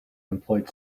employed